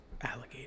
alligator